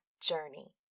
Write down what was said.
journey